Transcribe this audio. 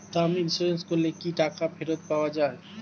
Term insurance করলে কি টাকা ফেরত পাওয়া যায়?